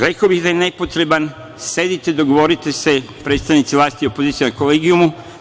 Rekao bih da je nepotreban, sedite i dogovorite se, predstavnici vlasti i opozicije, na kolegijumu.